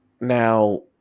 now